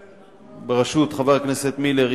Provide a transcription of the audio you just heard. בראשות חבר הכנסת מילר,